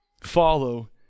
Follow